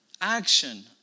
action